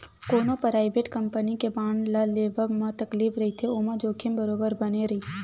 कोनो private company के bond ल लेवब म तकलीफ रहिथे ओमा जोखिम बरोबर बने रथे